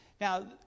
Now